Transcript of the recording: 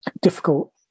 difficult